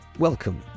Welcome